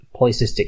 polycystic